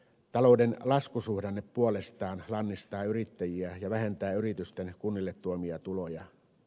talouden laskusuhdanne puolestaan lannistaa yrittäjiä ja vähentää yritysten kunnille tuomia tuloja